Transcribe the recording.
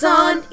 on